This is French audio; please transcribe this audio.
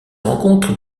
rencontre